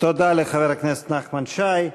תודה לחבר הכנסת נחמן שי.